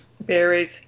berries